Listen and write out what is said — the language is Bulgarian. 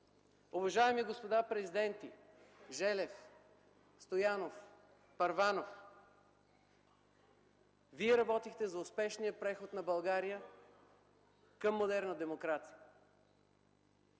Уважаеми господа президенти Желев, Стоянов, Първанов! Вие работихте за успешния преход на България към модерна демокрация.